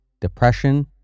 depression